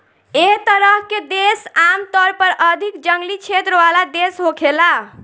एह तरह के देश आमतौर पर अधिक जंगली क्षेत्र वाला देश होखेला